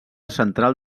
central